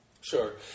Sure